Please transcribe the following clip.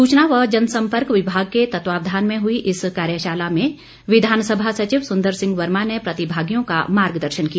सूचना व जनसम्पर्क विभाग के तत्वावधान में हुई इस कार्यशाला में विधानसभा सचिव सुन्दर सिंह वर्मा ने प्रतिभागियों का मार्ग दर्शन किया